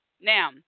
Now